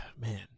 man